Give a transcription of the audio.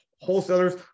wholesalers